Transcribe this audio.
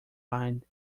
line